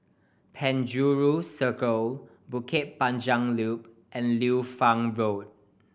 Penjuru Circle Bukit Panjang Loop and Liu Fang Road